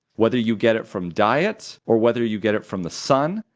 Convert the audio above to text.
whether you get it from diets or whether you get it from the sun,